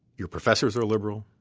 your professors are liberal.